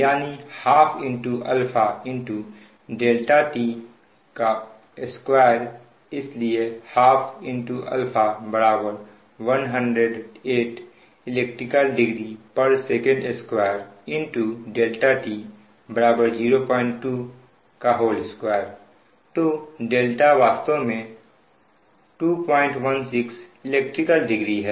यानी ½ α ∆t2 इसलिए 12 α 108 elect degree Sec2 ∆t02 2 तो δ वास्तव में 216 elect degree है